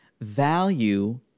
value